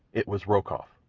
it was rokoff.